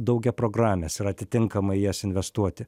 daugiaprogrames ir atitinkamai į jas investuoti